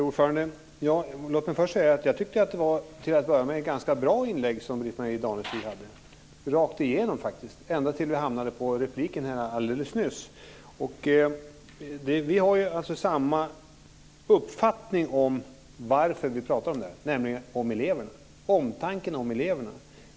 Herr talman! Jag tycker att Britt-Marie Danestigs inlägg, faktiskt rakt igenom var ganska bra, och så var det ända fram till repliken alldeles nyss. Vi har samma uppfattning om varför vi pratar om de här sakerna. Det gäller alltså omtanken om eleverna.